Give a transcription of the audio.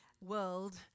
world